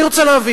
אני רוצה להבין.